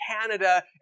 Canada